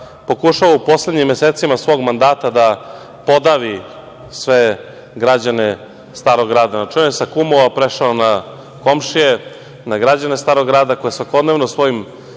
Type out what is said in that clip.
pokušava u poslednjim mesecima svog mandata da podavi sve građane Starog grada. On je sa kumova prešao na komšije, na građane Starog grada, koje svakodnevno svojim